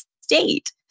state